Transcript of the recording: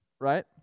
Right